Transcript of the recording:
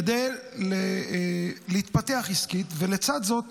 כדי להתפתח עסקית, ולצד זאת